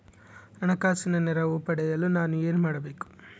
ಹಣಕಾಸಿನ ನೆರವು ಪಡೆಯಲು ನಾನು ಏನು ಮಾಡಬೇಕು?